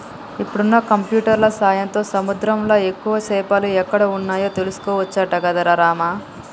ఇప్పుడున్న కంప్యూటర్ల సాయంతో సముద్రంలా ఎక్కువ చేపలు ఎక్కడ వున్నాయో తెలుసుకోవచ్చట గదరా రామా